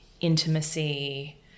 intimacy